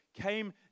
came